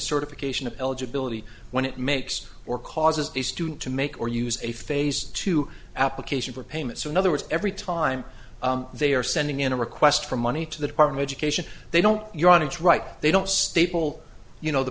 certification of eligibility when it makes or causes the student to make or use a phase two application for payment so in other words every time they are sending in a request for money to the department of education they don't you're on it's right they don't staple you know the